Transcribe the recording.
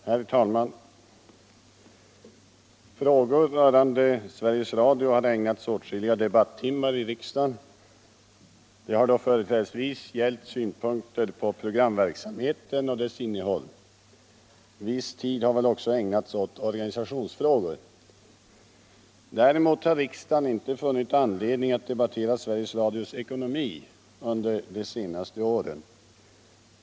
i Lycksele : Herr talman! Frågor rörande Sveriges Radio har ägnats åtskilliga debattimmar i riksdagen. Det har då företrädesvis gällt synpunkter på programverksamheten och dess innehåll. Viss tid har väl också ägnats åt organisationsfrågor. Däremot har riksdagen inte funnit anledning att diskutera Sveriges Radios ekonomi under de senaste åren.